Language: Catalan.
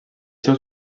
seus